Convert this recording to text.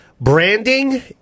branding